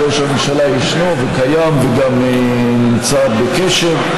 שהרי ראש הממשלה ישנו וקיים וגם נמצא בקשר,